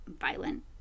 violent